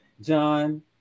John